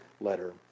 letter